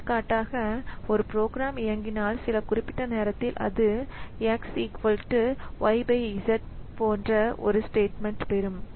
எடுத்துக்காட்டாக ஒரு ப்ரோக்ராம் இயங்கினால் சில குறிப்பிட்ட நேரத்தில் அது x y z போன்ற ஒரு ஸ்டேட்மெண்ட்ப் பெறும்